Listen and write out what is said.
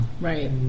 Right